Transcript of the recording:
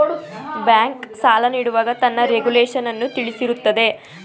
bank, ಸಾಲ ನೀಡುವಾಗ ತನ್ನ ರೆಗುಲೇಶನ್ನನ್ನು ತಿಳಿಸಿರುತ್ತದೆ